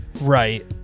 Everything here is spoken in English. Right